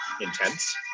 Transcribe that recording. intense